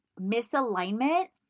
misalignment